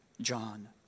John